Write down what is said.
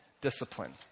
discipline